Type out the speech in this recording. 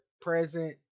present